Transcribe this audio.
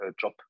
job